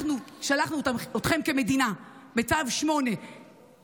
אנחנו כמדינה שלחנו אתכם בצו 8 לשם,